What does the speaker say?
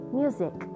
music